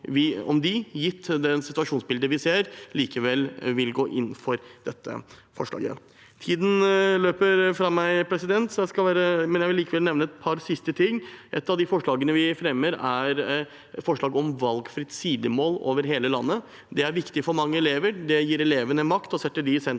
om de, gitt situasjonsbildet vi ser, likevel vil gå inn for dette forslaget. Tiden løper fra meg, men jeg vil likevel til sist nevne et par ting. Et av forslagene vi fremmer, er forslag om valgfritt sidemål over hele landet. Det er viktig for mange elever. Det gir elevene makt og setter dem i sentrum.